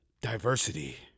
diversity